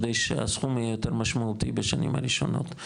כדי שהסכום יהיה יותר משמעותי בשנים הראשונות.